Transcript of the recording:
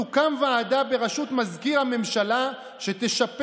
תוקם ועדה בראשות מזכיר הממשלה שתשפר